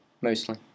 Mostly